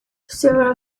several